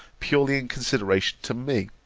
purely in consideration to me,